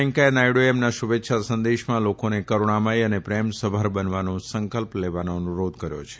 વેકૈયાહ નાયડુએ તેમના શુભેચ્છા સંદેશમાં લોકોને કરૂણામથી અને પ્રેમસભર બનવાનો સંકલ્પ લેવાનો અનુરોધ કર્યો છે